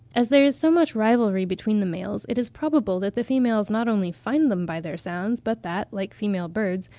as there is so much rivalry between the males, it is probable that the females not only find them by their sounds, but that, like female birds,